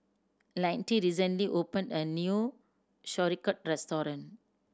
Lynette recently opened a new Sauerkraut Restaurant